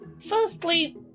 Firstly